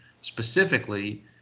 specifically